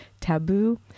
Taboo